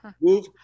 move